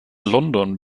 london